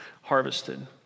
harvested